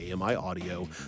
AMI-audio